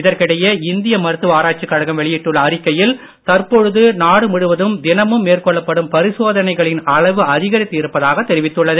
இதற்கிடையே இந்திய மருத்துவ ஆராய்ச்சிக் கழகம் வெளியிட்டுள்ள அறிக்கையில் தற்பொழுது நாடு முழுவதும் தினமும் மேற்கொள்ளப்படும் பரிசோதனைகளின் அளவு அதிகரித்து இருப்பதாக தெரிவித்துள்ளது